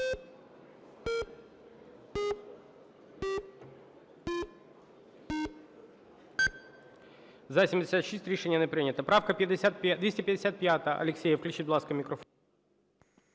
За-76 Рішення не прийнято. Правка 255, Алєксєєв. Включіть, будь ласка, мікрофон.